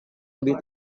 lebih